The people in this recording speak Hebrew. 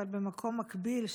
אבל במקום מקביל,